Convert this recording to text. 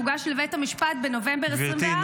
שהוגש לבית המשפט בנובמבר 2024 -- גברתי,